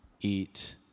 eat